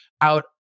out